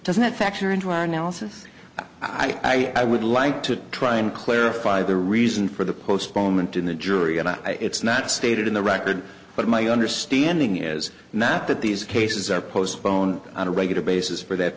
doesn't factor into our analysis i would like to try and clarify the reason for the postponement in the jury about it's not stated in the record but my understanding is that that these cases are postponed on a regular basis for that